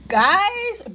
guys